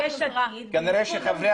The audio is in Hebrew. כנראה שחברי